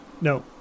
No